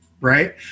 right